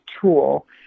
tool